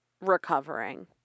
recovering